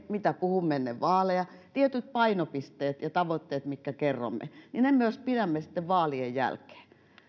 mitä puhumme ennen vaaleja tietyt painopisteet ja tavoitteet mitkä kerromme että ne myös pidämme sitten vaalien jälkeen